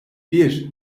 bir